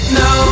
no